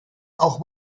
auch